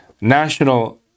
National